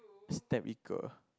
step 一个